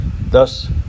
Thus